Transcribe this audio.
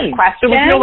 question